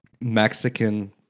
Mexican